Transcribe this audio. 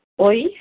Oi